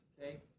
okay